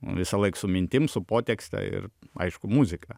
visąlaik su mintim su potekste ir aišku muzika